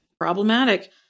problematic